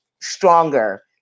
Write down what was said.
stronger